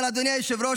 אבל אדוני היושב-ראש,